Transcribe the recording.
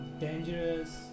dangerous